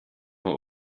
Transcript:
war